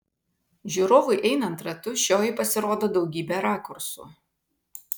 žiūrovui einant ratu šioji pasirodo daugybe rakursų